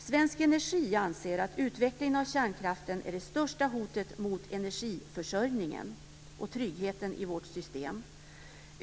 Svensk Energi anser att avvecklingen av kärnkraften är det största hotet mot energiförsörjningen och tryggheten i vårt system.